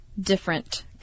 different